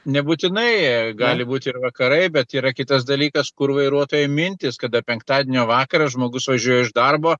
nebūtinai gali būti ir vakarai bet yra kitas dalykas kur vairuotojai mintys kada penktadienio vakarą žmogus važiuoja iš darbo